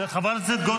זאת הערה מתקנת.